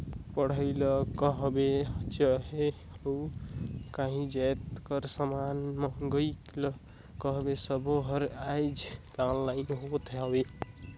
पढ़ई ल कहबे चहे अउ काहीं जाएत कर समान मंगई ल कहबे सब्बों हर आएज ऑनलाईन होत हवें